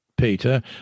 Peter